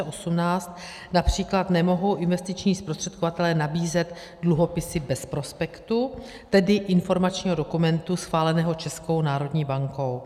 Od ledna 2018 například nemohou investiční zprostředkovatelé nabízet dluhopisy bez prospektu, tedy informačního dokumentu schváleného Českou národní bankou.